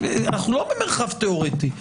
אנחנו לא במרחב תיאורטי.